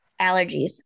allergies